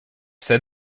said